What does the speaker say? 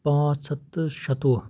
پانٛژھ ہَتھ تہٕ شَتوُہ